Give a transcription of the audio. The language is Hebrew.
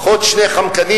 פחות שני "חמקנים",